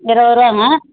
இருபதுருவாங்க